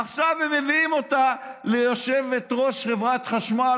עכשיו הם מביאים אותה כיושבת-ראש חברת חשמל,